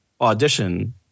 audition